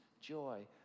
joy